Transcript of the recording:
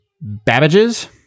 Babbage's